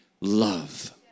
love